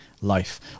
life